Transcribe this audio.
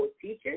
teachers